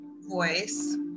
voice